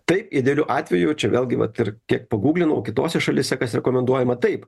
taip idealiu atveju čia vėlgi vat ir kiek paguglinau kitose šalyse kas rekomenduojama taip